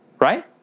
Right